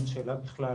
אין שאלה בכלל.